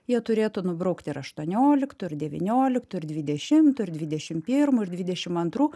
jie turėtų nubraukt ir aštuonioliktų devynioliktų ir dvidešimtų ir dvidešim pirmų ir dvidešim antrų